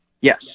Yes